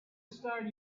start